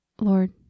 Lord